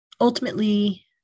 ultimately